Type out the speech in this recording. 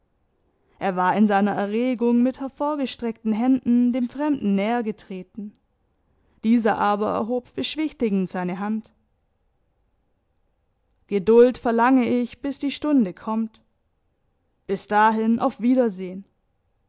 er war in seiner erregung mit hervorgestreckten händen dem fremden näher getreten dieser aber erhob beschwichtigend seine hand geduld verlange ich bis die stunde kommt bis dahin auf wiedersehn